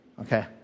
Okay